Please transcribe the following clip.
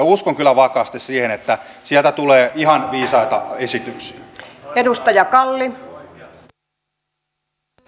uskon kyllä vakaasti siihen että sieltä tulee ihan viisaita esityksiä